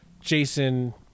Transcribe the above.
Jason